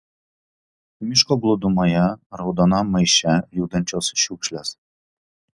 miško glūdumoje raudonam maiše judančios šiukšlės